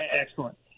Excellent